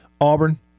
Auburn